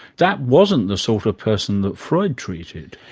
that wasn't the sort of person that freud treated.